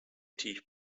tief